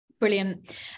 Brilliant